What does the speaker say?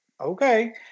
Okay